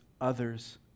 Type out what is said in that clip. others